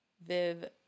Viv